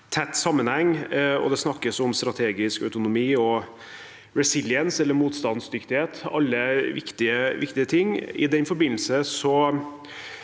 tett sammenheng, og det snakkes om strategisk autonomi og «resiliens» – eller motstandsdyktighet – alt er viktige ting. I den forbindelse